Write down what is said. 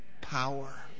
power